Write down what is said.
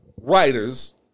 writers